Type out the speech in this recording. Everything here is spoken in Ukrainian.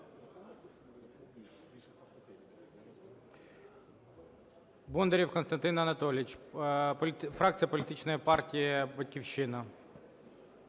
Бондарєв Костянтин Анатолійович, фракція політичної партії "Батьківщина".